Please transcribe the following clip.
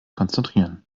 konzentrieren